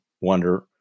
wonder